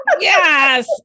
yes